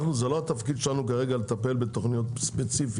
התפקיד שלנו כרגע זה לא לטפל בתוכניות ספציפיות.